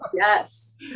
yes